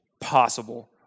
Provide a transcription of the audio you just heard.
possible